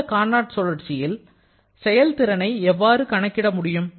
இந்த கார்னாட் சுழற்சியில் செயல் திறனை எவ்வாறு கணக்கிட முடியும்